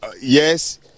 Yes